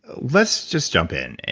let's just jump in. and